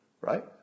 right